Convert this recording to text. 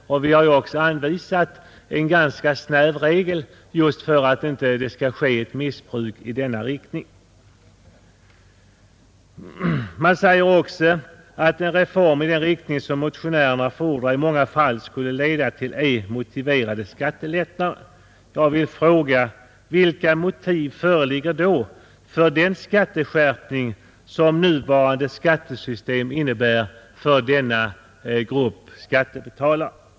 Vi har även anvisat en ganska snäv regel just för att det inte skall ske missbruk i denna riktning. Utskottet framhåller också att ”en reform i den riktning som motionärerna förordar i många fall skulle leda till ej motiverade skattelättnader”. Jag vill fråga: Vilka motiv föreligger då för den skatteskärpning som nuvarande skattesystem innebär för denna grupp skattebetalare?